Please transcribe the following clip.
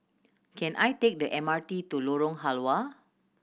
can I take the M R T to Lorong Halwa